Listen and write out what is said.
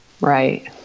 Right